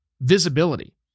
visibility